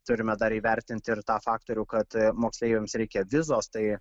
turime dar įvertinti ir tą faktorių kad moksleiviams reikia vizos tai